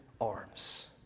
arms